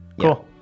Cool